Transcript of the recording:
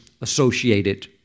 associated